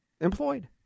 employed